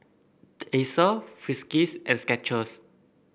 Acer Friskies and Skechers